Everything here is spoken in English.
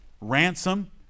ransom